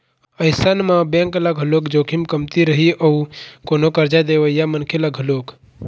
अइसन म बेंक ल घलोक जोखिम कमती रही अउ कोनो करजा देवइया मनखे ल घलोक